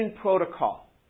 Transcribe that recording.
protocol